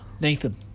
Nathan